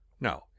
No